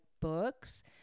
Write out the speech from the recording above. books